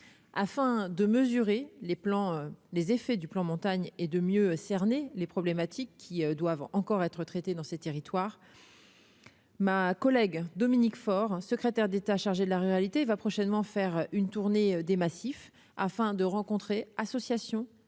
afin de mesurer les plans, les effets du plan montagne et de mieux cerner les problématiques qui doivent encore être traités dans ces territoires. Ma collègue Dominique Faure, secrétaire d'État chargé de la ruralité, va prochainement faire une tournée des massifs afin de rencontrer, associations,